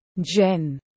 Jen